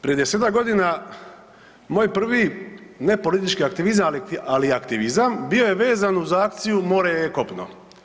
Prije desetak godina moj prvi nepolitički aktivizam ali aktivizam bio je vezan uz akciju „More i kopno“